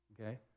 okay